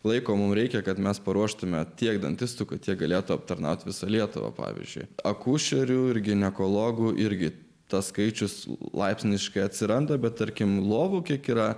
laiko mums reikia kad mes paruoštume tiek dantistų kad jie galėtų aptarnauti visą lietuvą pavyzdžiui akušerių ir ginekologų irgi tas skaičius laipsniškai atsiranda bet tarkim lovų kiek yra